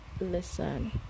listen